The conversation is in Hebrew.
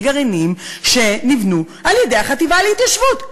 גרעינים שנבנו על-ידי החטיבה להתיישבות.